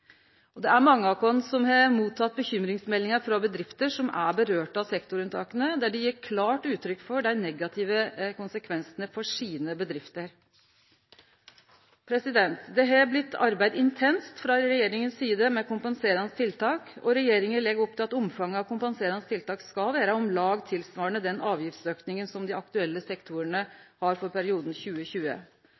Det er mange av oss som har motteke bekymringsmeldingar frå bedrifter som sektorunntaka gjeld for, og dei gjev klart uttrykk for dei negative konsekvensane for bedriftene sine. Det har blitt arbeidd intenst frå regjeringas side med kompenserande tiltak, og regjeringa legg opp til at omfanget av kompenserande tiltak skal vere om lag tilsvarande den avgiftsauken dei aktuelle sektorane har for perioden fram til 2020.